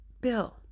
Bill